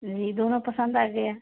यही दोनों पसंद आ गया